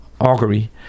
augury